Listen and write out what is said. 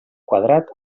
quadrat